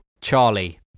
Charlie